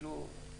זה כן היה.